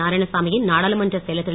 நாராயணசாமியின் நாடாளுமன்ற செயலர் திரு